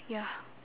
ya